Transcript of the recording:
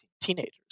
teenagers